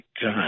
God